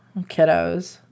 kiddos